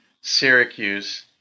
Syracuse